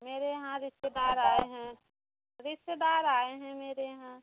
मेरे यहाँ रिश्तेदार आए हैं रिश्तेदारआए हैं मेरे यहाँ